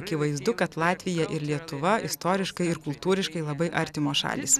akivaizdu kad latvija ir lietuva istoriškai ir kultūriškai labai artimos šalys